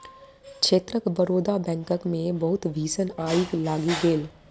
क्षेत्रक बड़ौदा बैंकक मे बहुत भीषण आइग लागि गेल